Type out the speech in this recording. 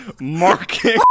marking